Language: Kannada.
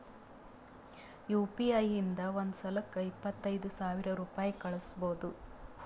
ಯು ಪಿ ಐ ಇಂದ ಒಂದ್ ಸಲಕ್ಕ ಇಪ್ಪತ್ತೈದು ಸಾವಿರ ರುಪಾಯಿ ಕಳುಸ್ಬೋದು